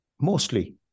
mostly